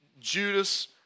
Judas